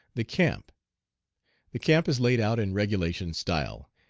the camp the camp is laid out in regulation style,